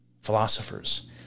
philosophers